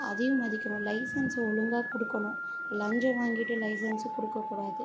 அதையும் மதிக்கணும் லைசன்ஸ் ஒழுங்கா கொடுக்கணும் லஞ்சம் வாங்கிகிட்டு லைசன்ஸ் கொடுக்கக் கூடாது